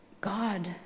God